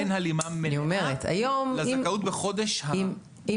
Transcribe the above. אין הלימה מלאה לזכאות בחודש --- אני אומרת,